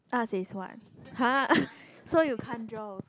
ask is what !huh! so you can't draw also